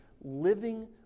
living